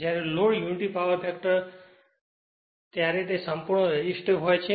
જ્યારે load unity power factor ત્યારે તે સંપૂર્ણપણે રેસિસ્ટિવ હોય છે